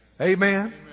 Amen